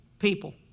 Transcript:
people